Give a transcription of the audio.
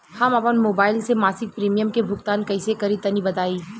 हम आपन मोबाइल से मासिक प्रीमियम के भुगतान कइसे करि तनि बताई?